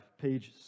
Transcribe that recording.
pages